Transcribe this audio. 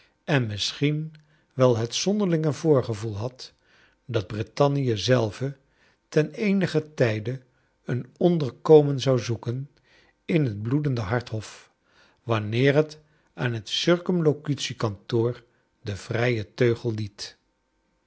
en misschien wel het zonderlinge voorgevoel had dat brittannie zelve ten eenigen tijde een onderkomen zou zoeken in het bloedend hart hof wanneer het aan het circumlocutie kantoor den vrijen teugel liet